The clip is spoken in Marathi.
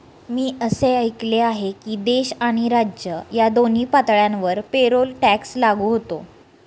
मी असे ऐकले आहे की देश आणि राज्य या दोन्ही पातळ्यांवर पेरोल टॅक्स लागू होतो